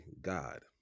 God